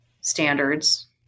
standards